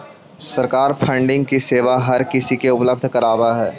सरकार फंडिंग की सेवा हर किसी को उपलब्ध करावअ हई